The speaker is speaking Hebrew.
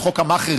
על חוק המאכערים,